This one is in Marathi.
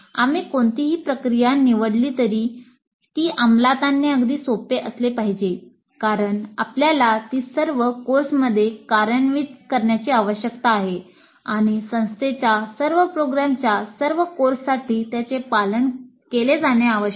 आम्ही कोणतीही प्रक्रिया निवडली तरी ती अंमलात आणणे अगदी सोपे असले पाहिजे कारण आपल्याला ती सर्व कोर्समध्ये कार्यान्वित करण्याची आवश्यकता आहे आणि संस्थेच्या सर्व प्रोग्राम्सच्या सर्व कोर्ससाठी त्याचे पालन केले जाणे आवश्यक आहे